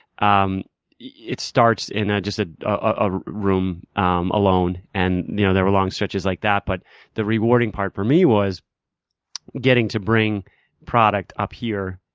um it starts in just a ah room, um alone. and you know there were long stretches like that. but the rewarding part for me was getting to bring product up here.